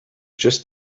just